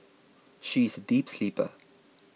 she is a deep sleeper